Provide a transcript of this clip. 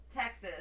texas